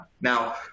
Now